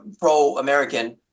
pro-American